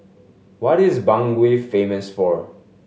what is Bangui famous for